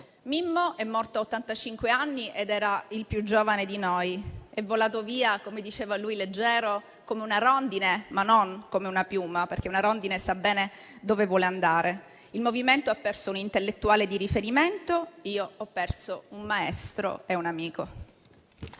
Mimmo è morto a ottantacinque anni ed era il più giovane di noi; è volato via, come diceva lui, leggero come una rondine ma non come una piuma, perché una rondine sa bene dove vuole andare. Il MoVimento ha perso un intellettuale di riferimento, io ho perso un maestro e un amico.